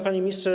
Panie Ministrze!